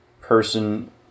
person